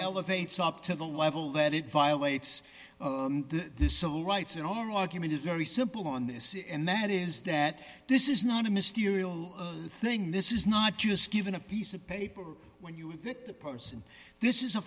elevates up to the level that it violates the civil rights in our argument is very simple on this and that is that this is not a mysterious thing this is not just given a piece of paper when you were the person this is a